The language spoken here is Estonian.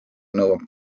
nõuab